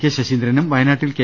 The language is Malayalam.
കെ ശശീന്ദ്രനും വയനാട്ടിൽ കെ